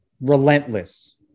relentless